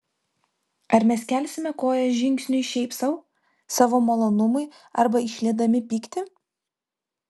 ar mes kelsime koją žingsniui šiaip sau savo malonumui arba išliedami pyktį